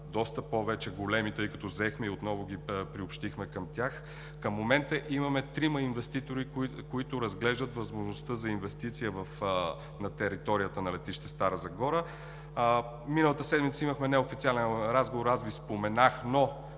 доста по-големи, тъй като ги взехме и отново ги приобщихме към тях. Към момента имаме трима инвеститори, които разглеждат възможността за инвестиция на територията на летище Стара Загора. Миналата седмица имахме неофициален разговор, аз Ви споменах, но